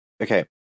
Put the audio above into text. okay